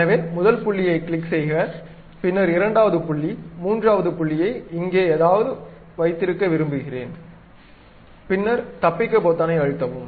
எனவே முதல் புள்ளியைக் கிளிக் செய்க பின்னர் இரண்டாவது புள்ளி மூன்றாவது புள்ளியை இங்கே எங்காவது வைத்திருக்க விரும்புகிறேன் பின்னர் தப்பிக்க பொத்தானை அழுத்தவும்